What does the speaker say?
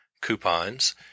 coupons